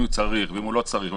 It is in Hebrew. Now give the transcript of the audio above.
האם הוא צריך או לא צריך,